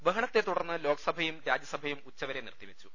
ബഹളത്തെ തുടർന്ന് ലോക്സഭയും രാജ്യസഭയും ഉച്ചവരെ നിർത്തിവെച്ചു